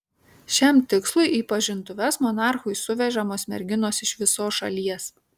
šiam tikslui į pažintuves monarchui suvežamos merginos iš visos šalies